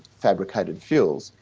fabricated fuels,